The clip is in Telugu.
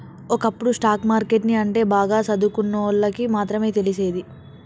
ఒకప్పుడు స్టాక్ మార్కెట్ ని అంటే బాగా సదువుకున్నోల్లకి మాత్రమే తెలిసేది